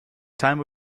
time